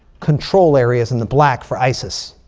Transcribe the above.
control areas in the black for isis?